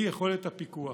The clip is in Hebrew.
שהוא היכולת הפיקוח.